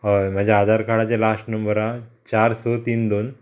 हय म्हज्या आधार कार्डाचे लास्ट नंबर आहा चार स तीन दोन